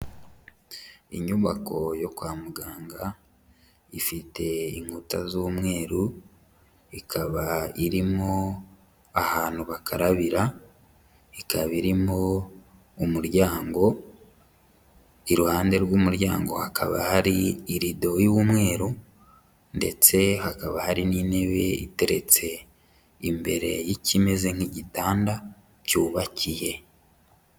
Inyubako yo kwa muganga ifite inkuta z'umweru, ikaba irimo ahantu bakarabira, ikaba irimo umuryango, iruhande rw'umuryango hakaba hari irido y'umweru ndetse hakaba hari n'intebe iteretse imbere y'ikimeze nk'igitanda cyubakiye.